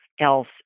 else